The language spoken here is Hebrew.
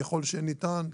ככל שניתן,